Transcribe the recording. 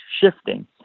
shifting